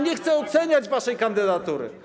Nie chcę oceniać waszej kandydatury.